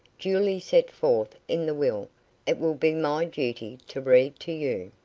duly set forth in the will it will be my duty to read to you.